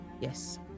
Yes